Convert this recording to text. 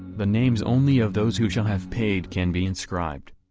the names only of those who shall have paid can be inscribed.